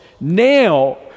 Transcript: Now